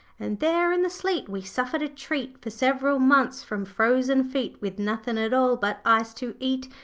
and there in the sleet we suffered a treat for several months from frozen feet, with nothin' at all but ice to eat,